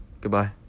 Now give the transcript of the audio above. Goodbye